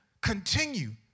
Continue